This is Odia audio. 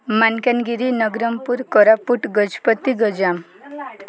ମାଲକାନଗିରି ନବରଙ୍ଗପୁର କୋରାପୁଟ ଗଜପତି ଗଞ୍ଜାମ